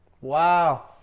Wow